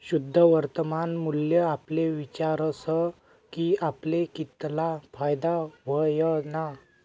शुद्ध वर्तमान मूल्य आपले विचारस की आपले कितला फायदा व्हयना